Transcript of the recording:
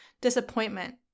disappointment